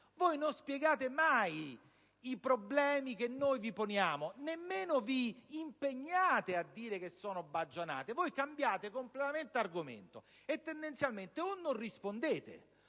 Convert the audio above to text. Voi non spiegate mai i problemi che vi poniamo, non vi impegnate nemmeno a dire che sono baggianate. Voi cambiate completamente argomento e tendenzialmente non rispondete